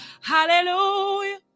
Hallelujah